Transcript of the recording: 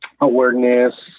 awareness